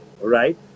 right